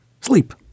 sleep